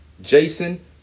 Jason